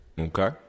Okay